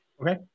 Okay